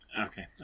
Okay